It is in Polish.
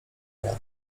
janek